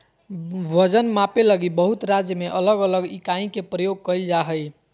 वजन मापे लगी बहुत राज्य में अलग अलग इकाई के प्रयोग कइल जा हइ